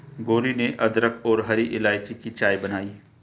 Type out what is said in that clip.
गौरी ने अदरक और हरी इलायची की चाय बनाई